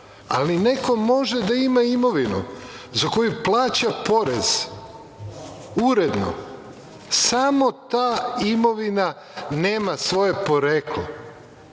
ali neko može da ima imovinu za koju plaća porez uredno samo ta imovina nema svoje poreklo,